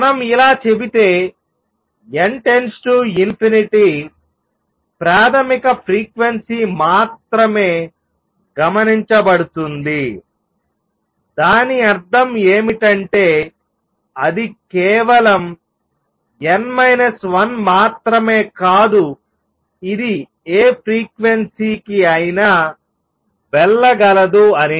మనం ఇలా చెబితే n → ప్రాథమిక ఫ్రీక్వెన్సీ మాత్రమే గమనించబడుతుంది దాని అర్థం ఏమిటంటే అది కేవలం n 1 మాత్రమే కాదు ఇది ఏ ఫ్రీక్వెన్సీ కి అయినా వెళ్ళగలదు అని